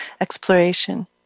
exploration